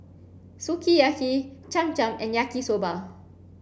Sukiyaki Cham Cham and Yaki Soba